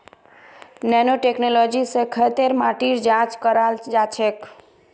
nano technology स खेतेर माटी जांच कराल जाछेक